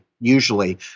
usually